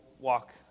walk